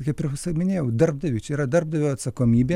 kaip ir visad minėjau darbdaviui čia yra darbdavio atsakomybė